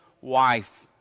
wife